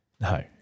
No